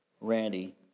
Randy